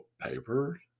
paper